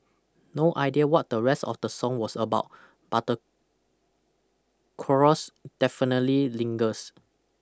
no idea what the rest of the song was about but the chorus definitely lingers